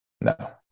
No